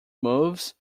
moves